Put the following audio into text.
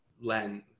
lens